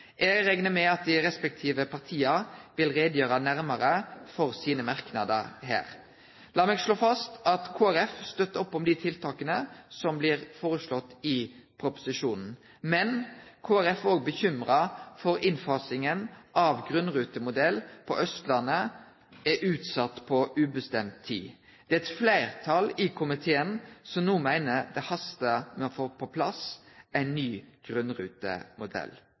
Eg reknar med at dei respektive partia vil greie ut nærare for sine merknader her. Lat meg slå fast at Kristeleg Folkeparti støttar opp om dei tiltaka som blir foreslått i proposisjonen, men Kristeleg Folkeparti er òg bekymra for at innfasinga av grunnrutemodell på Austlandet er utsett på ubestemt tid. Det er eit fleirtal i komiteen som no meiner det hastar med å få på plass ein ny grunnrutemodell.